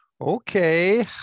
Okay